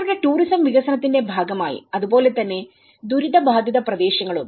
അവരുടെ ടൂറിസം വികസനത്തിന്റെ ഭാഗമായി അതുപോലെ തന്നെ ദുരിതബാധിത പ്രദേശങ്ങളും